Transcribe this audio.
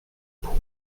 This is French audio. pour